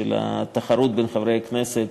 לתחרות בין חברי הכנסת